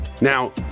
Now